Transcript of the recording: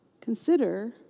Consider